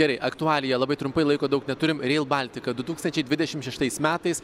gerai aktualija labai trumpai laiko daug neturim reil baltika du tūkstančiai dvidešim šeštais metais